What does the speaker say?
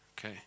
Okay